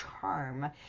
charm